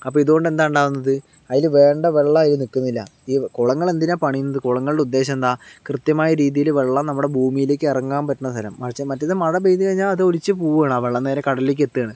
അപ്പോൾ ഇതുകൊണ്ട് എന്താ ഉണ്ടാവുന്നത് അതില് വേണ്ട വെള്ളം അതില് നിക്കുന്നില്ല ഈ കുളങ്ങള് എന്തിനാ പണിയുന്നത് കുളങ്ങളുടെ ഉദ്ദേശം എന്താ കൃത്യമായ രീതിയില് വെള്ളം നമ്മുടെ ഭൂമിയിലേക്ക് ഇറങ്ങാൻ പറ്റണ സ്ഥലം മറിച്ച് മറ്റേത് മഴ പെയ്ത് കഴിഞ്ഞാൽ അത് ഒലിച്ച് പോകുവാണ് ആ വെള്ളം നേരെ കടലിലേക്ക് എത്തുവാണ്